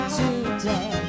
today